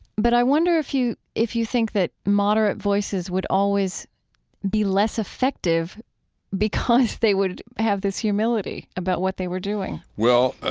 but i wonder if you if you think that moderate voices would always be less effective because they would have this humility about what they were doing? well,